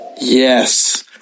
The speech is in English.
yes